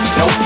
no